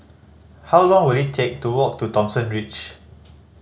how long will it take to walk to Thomson Ridge